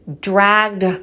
dragged